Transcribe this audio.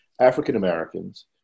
African-Americans